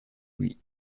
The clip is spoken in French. lui